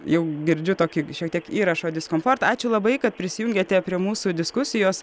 jau girdžiu tokį šiek tiek įrašo diskomfortą ačiū labai kad prisijungiate prie mūsų diskusijos